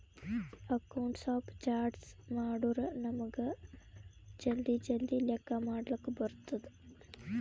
accounts of charts ಮಾಡುರ್ ನಮುಗ್ ಜಲ್ದಿ ಜಲ್ದಿ ಲೆಕ್ಕಾ ಮಾಡ್ಲಕ್ ಬರ್ತುದ್